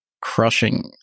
crushing